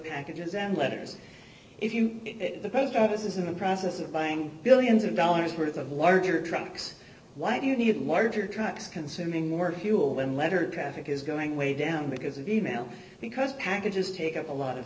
send letters if you the post office is in the process of buying billions of dollars worth of larger trucks why do you need larger trucks consuming more fuel unlettered traffic is going way down because of email because packages take up a lot of